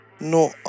No